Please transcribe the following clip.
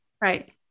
Right